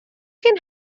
can